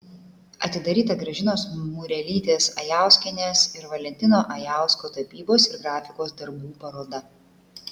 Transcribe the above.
atidaryta gražinos murelytės ajauskienės ir valentino ajausko tapybos ir grafikos darbų paroda